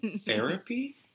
Therapy